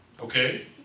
okay